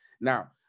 Now